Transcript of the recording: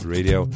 Radio